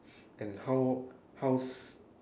and how how's